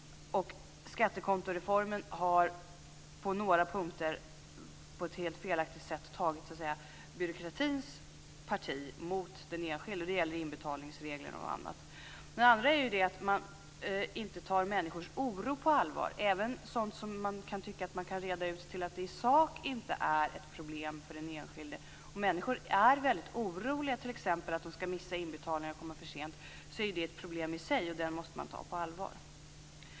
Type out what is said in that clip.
Skattekontoreformen har på några punkter på ett helt felaktigt sätt tagit byråkratins parti mot den enskilde. Det gäller bl.a. inbetalningsregler. Den andra frågan är att människors oro inte tas på allvar. Det kan även gälla sådant som kan redas ut till att de i sak inte utgör problem för den enskilde. Människor är oroliga för att de t.ex. skall missa inbetalningar. Det är ett problem i sig som måste tas på allvar.